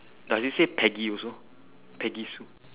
does it say peggy also peggy sue